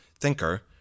thinker